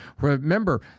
Remember